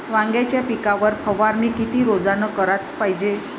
वांग्याच्या पिकावर फवारनी किती रोजानं कराच पायजे?